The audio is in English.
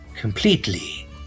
completely